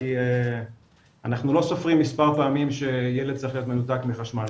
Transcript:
כי אנחנו לא סופרים מס' פעמים שילד צריך להיות מנותק מחשמל,